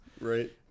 right